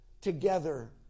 together